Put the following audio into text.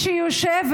מי שיושב